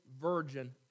virgin